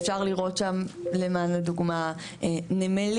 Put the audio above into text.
אפשר לראות שם למען הדוגמה נמלים,